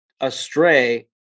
astray